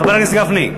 חבר הכנסת גפני.